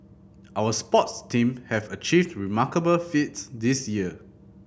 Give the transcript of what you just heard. our sports team have achieved remarkable feats this year